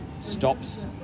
stops